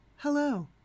Hello